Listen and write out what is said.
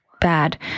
bad